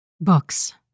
Books